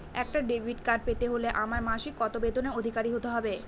একটা debit card পেতে হলে আমার মাসিক কত বেতনের অধিকারি হতে হবে?